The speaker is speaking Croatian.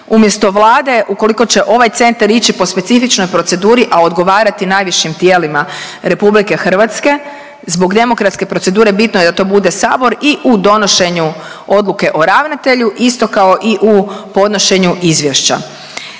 Umjesto Vlade ukoliko će ovaj centar ići po specifičnoj proceduri, a odgovarati najvišim tijelima Republike Hrvatske. Zbog demokratske procedure bitno je da to bude Sabor i u donošenju odluke o ravnatelju isto kao i u podnošenju izvješća.